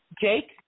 Jake